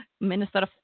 Minnesota